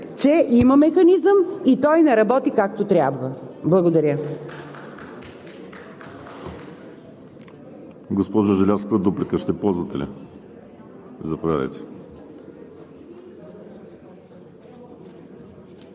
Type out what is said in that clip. че има механизъм и той не работи както трябва. Благодаря.